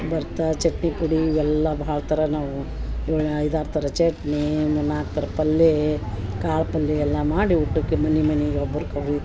ಬರ್ತಾ ಚಟ್ನಿ ಪುಡಿ ಇವೆಲ್ಲ ಬಹಳ ಥರ ನಾವು ಇವಳೆ ಐದಾರು ಥರ ಚಟ್ನಿ ಮೂರು ನಾಲ್ಕು ಥರ ಪಲ್ಯ ಕಾಳು ಪಲ್ಯೆ ಎಲ್ಲ ಮಾಡಿ ಊಟಕ್ಕೆ ಮನೆ ಮನೆಗೆ